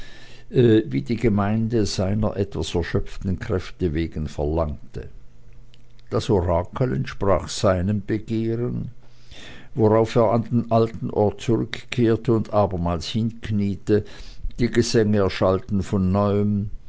wie die gemeinde seiner etwas erschöpften kräfte wegen verlangte das orakel entsprach seinem begehren worauf er an den alten ort zurückkehrte und abermals hinkniete die gesänge erschallten von neuem